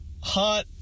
Hot